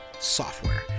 software